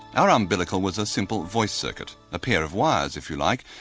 our umbilical was a simple voice circuit, a pair of wires if you like,